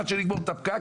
עד שנגמור את הפקק,